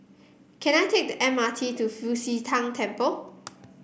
can I take the M R T to Fu Xi Tang Temple